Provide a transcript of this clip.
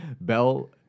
Bell